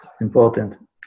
Important